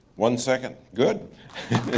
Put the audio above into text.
one second, good.